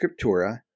Scriptura